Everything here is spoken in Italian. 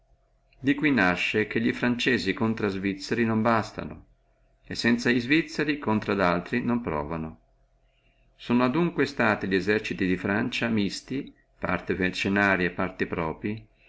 di qui nasce che franzesi contro a svizzeri non bastano e sanza svizzeri contro ad altri non pruovano sono dunque stati li eserciti di francia misti parte mercennarii e parte proprii